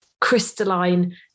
crystalline